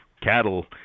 cattle